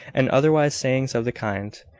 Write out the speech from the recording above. and other wise sayings of the kind.